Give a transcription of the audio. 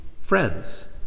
friends